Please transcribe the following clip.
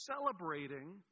celebrating